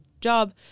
job